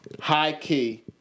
High-key